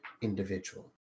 individual